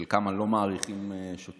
של כמה לא מעריכים שוטרים,